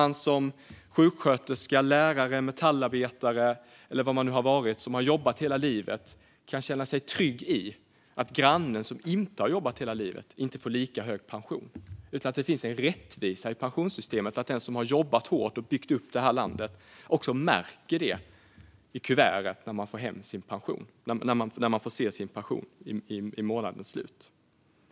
En sjuksköterska, lärare, metallarbetare, eller vad man har varit, som har jobbat hela livet ska kunna känna sig trygg med att grannen som inte har jobbat hela livet inte får lika hög pension. Det ska finnas en rättvisa i pensionssystemet så att den som har jobbat hårt och byggt upp landet också märker det när man får sin pension vid månadens slut.